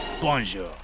Bonjour